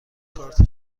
کارت